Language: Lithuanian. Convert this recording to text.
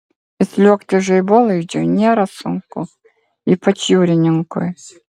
įsliuogti žaibolaidžiu nėra sunku ypač jūrininkui